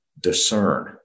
discern